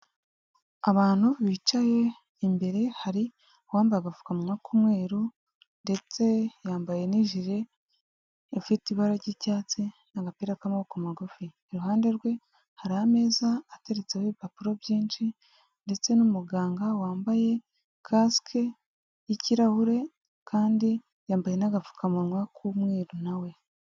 Abantu bicaye imbere hari uwambaye agapfuka munwa k'umweru ndetse yambaye n'ijire ifite ibara ry'icyatsi n'agapira k'amaboko magufi, iruhande rwe hari ameza ateretseho ibipapuro byinshi ndetse n'umuganga wambaye kaskie y'kirahure kandi yambaye n'agapfukamunwa k'umweru nawe.